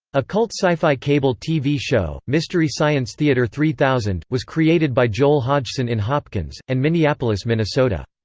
a cult scifi cable tv show, mystery science theater three thousand, was created by joel hodgson in hopkins, and minneapolis, mn. so but